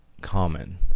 common